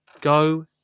go